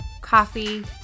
coffee